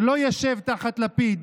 שלא ישב תחת לפיד